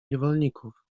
niewolników